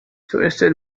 twisted